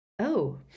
Oh